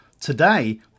Today